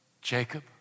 Jacob